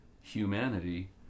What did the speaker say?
humanity